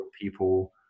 people